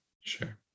Sure